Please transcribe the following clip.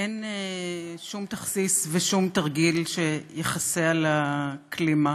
אין שום תכסיס ושום תרגיל שיכסה על הכלימה.